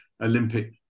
Olympic